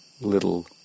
little